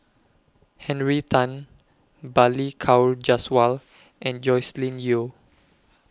Henry Tan Balli Kaur Jaswal and Joscelin Yeo